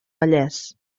vallès